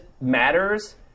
matters